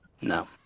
No